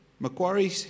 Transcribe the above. Macquarie